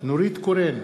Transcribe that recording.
נורית קורן,